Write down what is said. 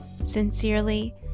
Sincerely